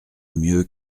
mieux